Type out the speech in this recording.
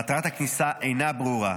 מטרת הכניסה אינה ברורה.